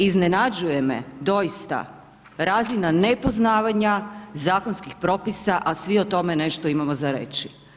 Iznenađuje me doista razina nepoznavanja zakonskih propisa a svi o tome nešto imamo za reći.